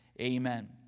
Amen